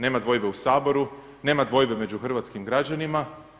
Nema dvojbe u Saboru, nema dvojbe među hrvatskim građanima.